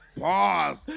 Pause